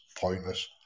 pointless